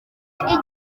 ijye